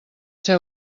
ser